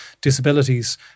disabilities